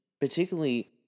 Particularly